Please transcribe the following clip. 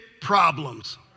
problems